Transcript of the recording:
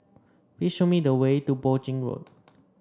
please show me the way to Poi Ching Road